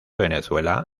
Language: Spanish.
venezuela